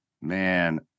Man